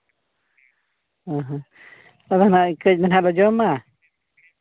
ᱟᱫᱚ ᱦᱟᱸᱜ ᱠᱟᱹᱡ ᱫᱚ ᱦᱟᱸᱜ ᱞᱮ ᱡᱚᱢᱟ